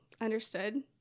understood